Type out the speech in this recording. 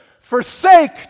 forsake